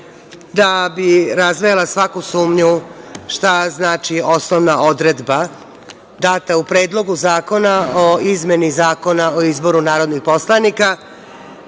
bih razvejala svaku sumnju šta znači osnovna odredba data u Predlogu zakona o izmeni Zakona o izboru narodnih poslanika.